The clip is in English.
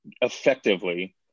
effectively